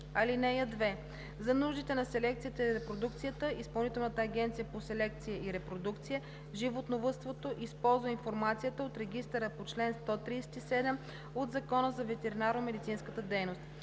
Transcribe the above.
(2) За нуждите на селекцията и репродукцията Изпълнителната агенция по селекция и репродукция в животновъдството използва информацията от регистъра по чл. 137 от Закона за ветеринарномедицинската дейност.